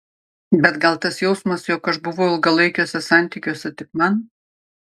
bet gal tas jausmas jog aš buvau ilgalaikiuose santykiuose tik man